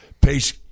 Pace